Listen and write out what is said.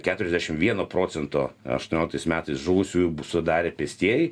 keturiasdešim vieno procento aštuonioliktais metais žuvusiųjų sudarė pėstieji